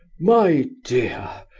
my dear!